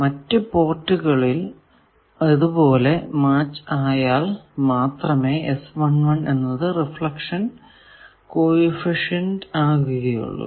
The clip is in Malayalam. മറ്റു പോർട്ടുകളും ഇതുപോലെ മാച്ച് ആയാൽ മാത്രമേ എന്നത് റിഫ്ലക്ഷൻ കോ എഫിഷ്യന്റ് ആവുകയുള്ളൂ